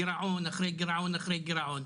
גירעון אחרי גירעון אחרי גירעון,